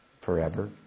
forever